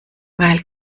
weil